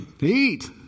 Eat